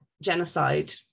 genocide